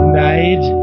night